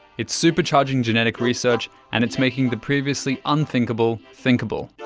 it's supercharging genetic research and it's making the previously unthinkable thinkable.